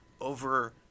over